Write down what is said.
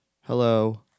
Hello